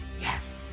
Yes